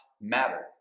matter